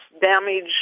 damage